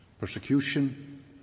Persecution